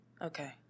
Okay